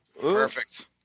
Perfect